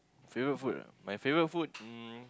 favourite food ah my favourite food um